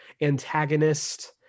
antagonist